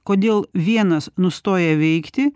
kodėl vienas nustoja veikti